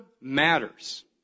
matters